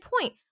point